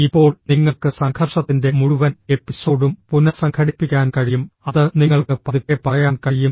ഇപ്പോൾ നിങ്ങൾക്ക് സംഘർഷത്തിന്റെ മുഴുവൻ എപ്പിസോഡും പുനസംഘടിപ്പിക്കാൻ കഴിയും അത് നിങ്ങൾക്ക് പതുക്കെ പറയാൻ കഴിയും